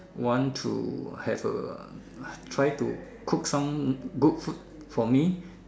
want to have a try to cook some good food for me